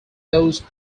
those